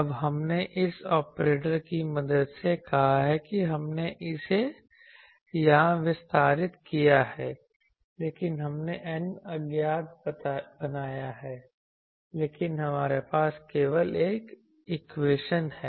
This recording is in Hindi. अब हमने इस ऑपरेटर की मदद से कहा है कि हमने इसे यहाँ विस्तारित किया है लेकिन हमने N अज्ञात बनाया है लेकिन हमारे पास केवल एक इक्वेशन है